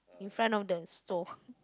in front of the store